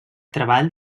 treball